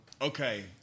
Okay